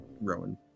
Rowan